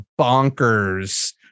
bonkers